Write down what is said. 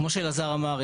כמו שאלעזר אמר,